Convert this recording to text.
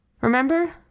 Remember